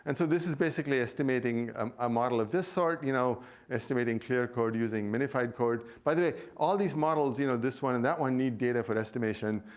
and so this is basically estimating um a model of this sort, you know estimating clear code using minified code. by the way, all these models, you know this one and that one, need data for estimation,